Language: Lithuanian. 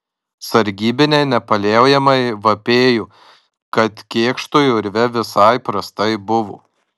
sargybiniai nepaliaujamai vapėjo kad kėkštui urve visai prastai buvo